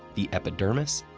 the epidermis,